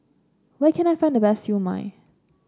where can I find the best Siew Mai